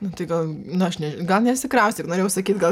nu tai gal nu aš neži gal nesikraustyk norėjau sakyti gal